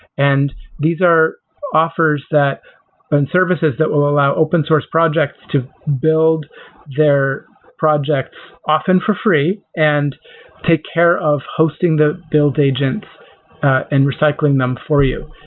and these are offers and services that will allow open-source projects to build their projects often for free and take care of hosting the build agents and recycling them for you.